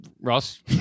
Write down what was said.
Ross